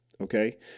Okay